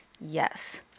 Yes